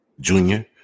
junior